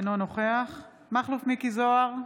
אינו נוכח מכלוף מיקי זוהר,